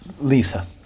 Lisa